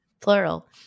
Plural